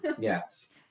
Yes